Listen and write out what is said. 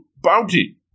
bounty